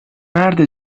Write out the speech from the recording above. مرد